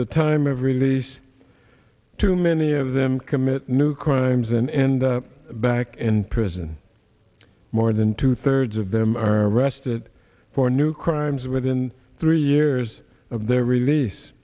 the time of release too many of them commit new crimes and end back in prison more than two thirds of them are arrested for new crimes within three years of their release